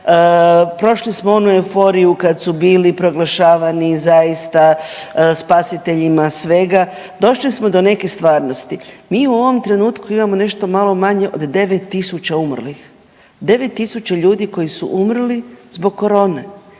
prošli smo onu euforiju kad su bili proglašavani zaista spasiteljima svega, došli smo do neke stvarnosti. Mi u ovom trenutku imamo nešto malo manje od 9.000 umrlih, 9.000 ljudi koji su umrli zbog korone,